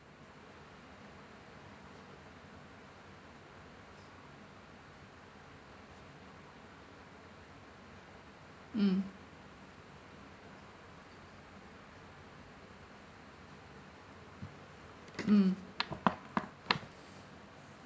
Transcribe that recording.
mm mm